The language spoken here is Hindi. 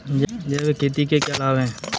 जैविक खेती के क्या लाभ हैं?